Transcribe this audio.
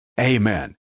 amen